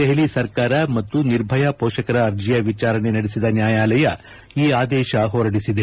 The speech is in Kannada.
ದೆಹಲಿ ಸರ್ಕಾರ ಮತ್ತು ನಿರ್ಭಯಾ ಪೋಷಕರ ಅರ್ಜೆಯ ವಿಚಾರಣೆ ನಡೆಸಿದ ನ್ಯಾಯಾಲಯ ಈ ಆದೇಶ ಹೊರಡಿಸಿದೆ